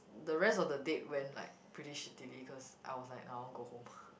the rest of the date went like pretty shittily cause I was like I want go home